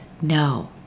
no